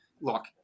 look